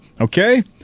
Okay